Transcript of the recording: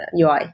UI